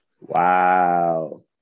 Wow